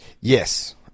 Yes